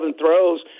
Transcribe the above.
throws